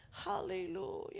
Hallelujah